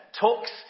talks